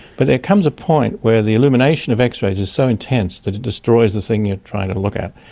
but there comes a point where the illumination of x-rays is so intense that it destroys the thing you are trying to look at,